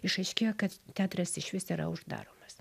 išaiškėjo kad teatras išvis yra uždaromas